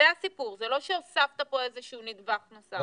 זה הסיפור, זה לא שהוספת פה איזה שהוא נדבך נוסף?